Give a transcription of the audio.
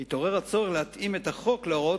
התעורר הצורך להתאים את החוק להוראות